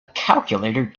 calculator